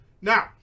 now